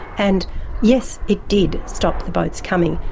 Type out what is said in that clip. and yes, it did stop the boats coming.